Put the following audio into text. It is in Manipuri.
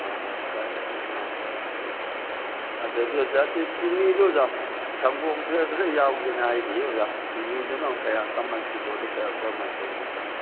ꯑꯥ ꯑꯗꯥꯏꯅ ꯂꯩꯔꯝꯅꯤ ꯑꯥ ꯑꯣꯖꯥꯒꯤꯗꯨꯗ ꯑꯗꯩꯗꯤ ꯑꯣꯖꯥ ꯆꯤꯅꯤꯗꯣ ꯑꯣꯖꯥ ꯁꯪꯒꯣꯝ ꯈꯔ ꯌꯥꯎꯁꯦꯅ ꯍꯥꯏꯔꯤꯌꯦ ꯑꯣꯖꯥ ꯆꯤꯅꯤꯗꯨꯅ ꯀꯌꯥ ꯀꯃꯥꯏ ꯅꯀꯤꯂꯣꯗ ꯀꯌꯥ ꯀꯔꯝ ꯍꯥꯏꯅ ꯇꯧꯕꯤꯔꯤꯖꯥꯠꯅꯣ